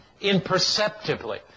imperceptibly